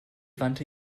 wandte